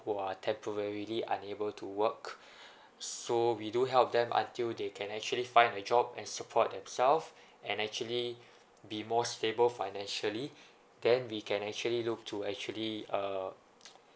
who are temporarily unable to work so we do help them until they can actually find a job and support themselves and actually be more stable financially then we can actually look to actually uh